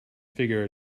figure